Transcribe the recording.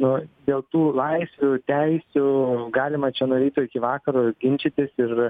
nu dėl tų laisvių teisių galima čia nuo ryto iki vakaro ginčytis ir